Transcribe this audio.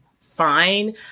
fine